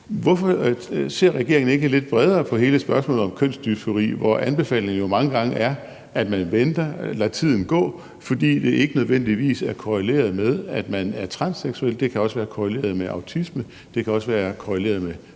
Hvorfor ser regeringen ikke lidt bredere på hele spørgsmålet om kønsdysfori, hvor anbefalingen jo mange gange er, at man venter og lader tiden gå, fordi det ikke nødvendigvis er korreleret med, at man er transseksuel. Det kan også være korreleret med autisme, og det kan også være korreleret med